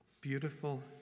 Beautiful